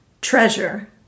Treasure